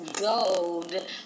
gold